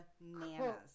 bananas